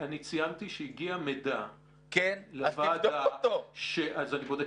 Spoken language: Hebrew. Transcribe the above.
אני ציינתי שהגיע מידע לוועדה --- אז תבדוק אותו.